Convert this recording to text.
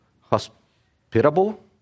hospitable